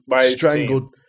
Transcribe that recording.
strangled